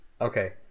okay